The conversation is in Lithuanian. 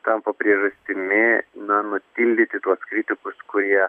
tampa priežastimi na nutildyti tuos kritikus kurie